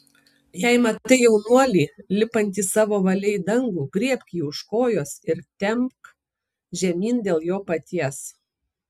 jei matai jaunuolį lipantį savo valia į dangų griebk jį už kojos ir temk žemyn dėl jo paties